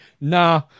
Nah